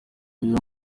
uyu